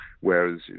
whereas